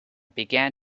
began